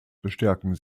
bestärken